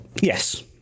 Yes